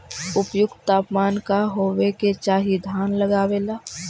उपयुक्त तापमान का होबे के चाही धान लगावे ला?